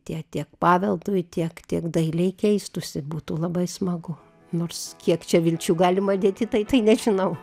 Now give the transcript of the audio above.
tie tiek paveldui tiek tiek dailei keistųsi būtų labai smagu nors kiek čia vilčių galima dėt į tai tai nežinau